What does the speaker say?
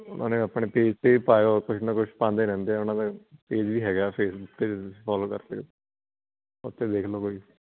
ਉਹਨਾਂ ਨੇ ਆਪਣੇ ਪੇਜ 'ਤੇ ਪਾਇਆ ਕੁਛ ਨਾ ਕੁਛ ਪਾਉਂਦੇ ਰਹਿੰਦੇ ਆ ਉਹਨਾਂ ਦਾ ਪੇਜ ਵੀ ਹੈਗਾ ਫੇਸਬੁੱਕ 'ਤੇ ਫੋਲੋ ਕਰਦੇ ਉੱਥੇ ਦੇਖ ਲਉ ਕੋੋਈ